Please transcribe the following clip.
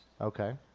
Okay